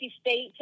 State